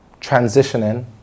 transitioning